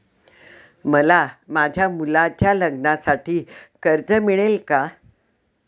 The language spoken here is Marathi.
मला माझ्या मुलाच्या लग्नासाठी कर्ज मिळेल का?